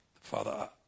Father